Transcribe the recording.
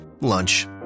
lunch